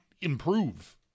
improve